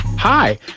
Hi